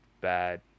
bad